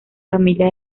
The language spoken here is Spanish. familia